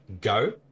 go